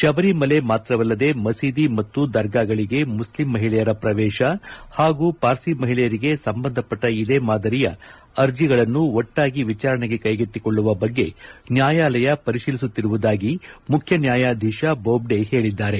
ಶಬರಿಮಲೆ ಮಾತ್ರವಲ್ಲದೇ ಮಸೀದಿ ಮತ್ತು ದರ್ಗಾಗಳಿಗೆ ಮುಸ್ಲಿಂ ಮಹಿಳೆಯರ ಪ್ರವೇಶ ಹಾಗೂ ಪಾರ್ಸಿ ಮಹಿಳೆಯರಿಗೆ ಸಂಬಂಧಪಟ್ಟ ಇದೇ ಮಾದರಿಯ ಅರ್ಜಿಗಳನ್ನೂ ಒಟ್ಲಾಗಿ ವಿಚಾರಣೆಗೆ ಕೈಗೆತ್ತಿಕೊಳ್ಳುವ ಬಗ್ಗೆ ನ್ನಾಯಾಲಯ ಪರಿಶೀಲಿಸುತ್ತಿರುವುದಾಗಿ ಮುಖ್ಯ ನ್ನಾಯಾಧೀಶ ಬೊಜ್ನೆ ಹೇಳಿದರು